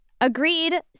agreed